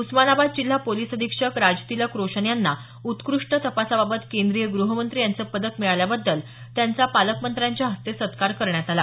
उस्मानाबाद जिल्हा पोलिस अधीक्षक राजतिलक रोशन यांना उत्कृष्ट तपासाबाबत केंद्रीय गृहमंत्री यांचं पदक मिळाल्याबद्दल त्यांचा पालकमंत्र्यांच्या हस्ते सत्कार करण्यात आला